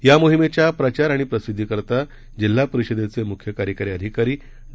या मोहिमेच्या प्रचार आणि प्रसिद्धी करीता जिल्हा परिषदेचे मुख्य कार्यकारी अधिकारी डॉ